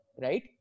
right